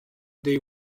they